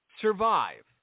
survive